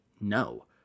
no